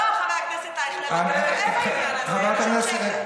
לא, חבר הכנסת אייכלר, אתה טועה בעניין הזה.